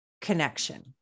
connection